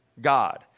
God